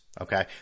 Okay